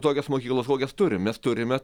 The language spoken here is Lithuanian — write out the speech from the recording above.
tokias mokyklas kokias turim mes turime